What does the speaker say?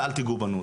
אל תגעו בנו.